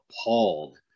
appalled